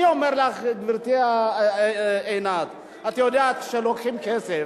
אני אומר לך, גברתי עינת, את יודעת, כשלוקחים כסף,